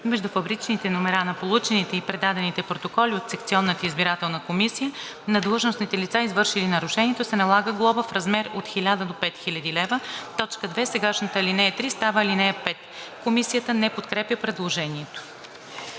между фабричните номера на получените и предадените протоколи от секционната избирателна комисия, на длъжностните лица, извършили нарушението, се налага глоба в размер от 1000 до 5000 лв.“ 2. Сегашната ал. 3 става ал. 5.“ Комисията не подкрепя предложението.